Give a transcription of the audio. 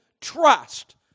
trust